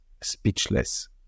speechless